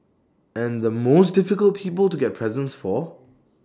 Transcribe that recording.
and the most difficult people to get presents for